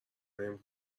نمی